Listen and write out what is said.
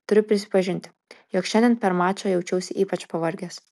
turiu pripažinti jog šiandien per mačą jaučiausi ypač pavargęs